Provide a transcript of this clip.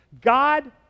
God